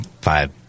five